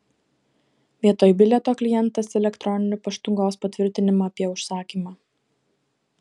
vietoj bilieto klientas elektroniniu paštu gaus patvirtinimą apie užsakymą